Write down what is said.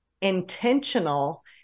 intentional